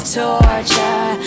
torture